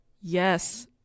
yes